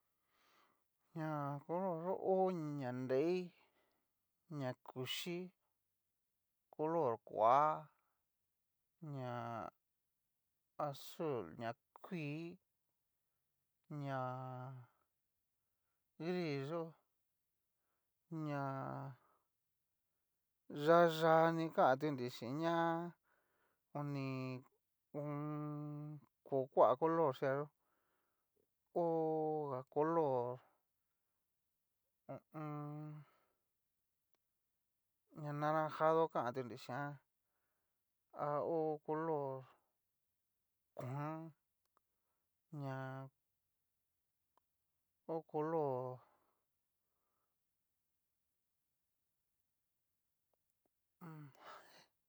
Ña color yó ho ña nrei, ña kuchii, color koa, ña azul, ña kuii, ña gris yó, ña yayani kantunri chín ña oni ko ko kua colorxíayo, ho ga color ho o on. ña naranjado kan tu nri xhian, ha ho olor kuan, ña ho color.